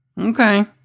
Okay